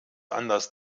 anders